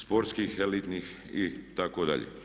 Sportskih, elitnih itd.